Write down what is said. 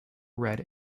red